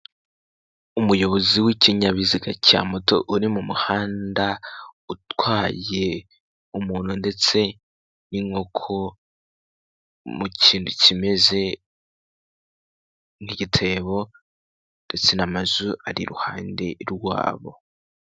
umuyobozi w'ikinyabiziga cya moto uri mu muhanda utwaye umuntu ndetse n'inkoko mu kintu kimeze nk'igitebo ndetse n'amazu ari iruhande rwabo